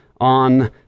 on